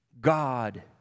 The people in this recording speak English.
God